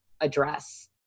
address